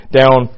down